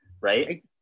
right